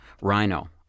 Rhino